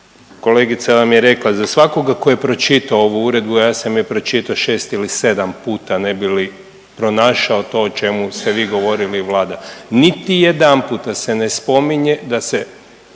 Kolegica vam je rekla, za svakoga ko je pročitao ovu uredbu, a ja sam je pročitao 6 ili 7 puta ne bi li pronašao to o čemu ste vi govorili i Vlada. Niti jedanputa se ne spominje da se